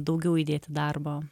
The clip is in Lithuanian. daugiau įdėti darbo